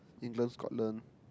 England Scotland